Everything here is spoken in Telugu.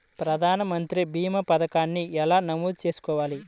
ప్రధాన మంత్రి భీమా పతకాన్ని ఎలా నమోదు చేసుకోవాలి?